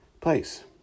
place